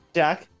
jack